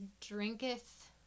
drinketh